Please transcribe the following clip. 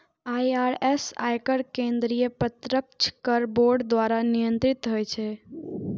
IRS, आयकर केंद्रीय प्रत्यक्ष कर बोर्ड द्वारा नियंत्रित होइ छै